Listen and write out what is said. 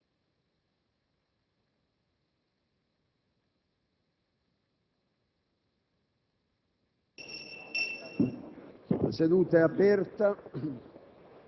La seduta è aperta